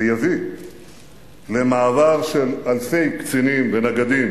ויביא למעבר של אלפי קצינים ונגדים